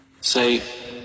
Say